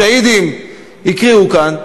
שהידים הקריאו כאן,